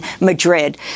Madrid